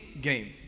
game